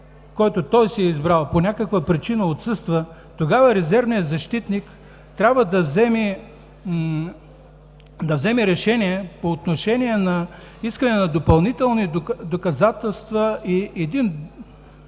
който той си е избрал, по някаква причина отсъства, тогава резервният защитник трябва да вземе решение по отношение искане на допълнителни доказателства и